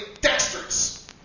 dexterous